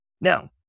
Now